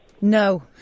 no